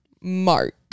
mark